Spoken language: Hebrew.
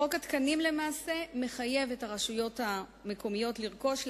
חוק התקנים למעשה מחייב את הרשויות המקומיות לרכוש,